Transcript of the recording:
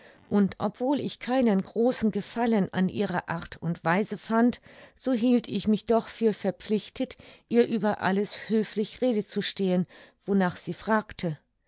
und obwohl ich keinen großen gefallen an ihrer art und weise fand so hielt ich mich doch für verpflichtet ihr über alles höflich rede zu stehen wonach sie fragte